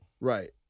Right